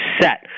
set